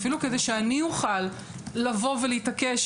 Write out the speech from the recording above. אפילו כדי שאני אוכל לבוא ולהתעקש,